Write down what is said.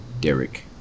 Derek